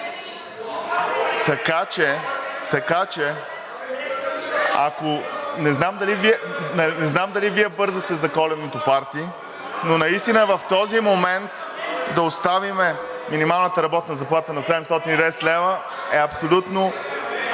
така че не знам дали Вие бързате за коледното парти, но наистина в този момент да оставим минималната работна заплата на 710 лв., е абсолютно